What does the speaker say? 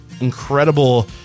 incredible